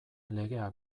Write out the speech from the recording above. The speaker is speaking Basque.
legea